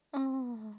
oh